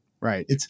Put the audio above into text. Right